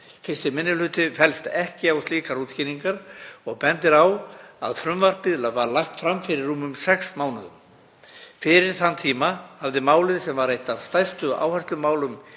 Fyrsti minni hluti fellst ekki á slíkar útskýringar og bendir á að frumvarpið var lagt fram fyrir rúmum sex mánuðum. Fyrir þann tíma hafði málið, sem var eitt af stærsta áherslumálunum